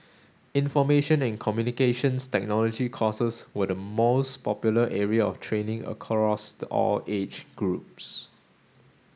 Information and Communications Technology courses were the most popular area of training across the all age groups